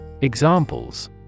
Examples